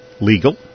legal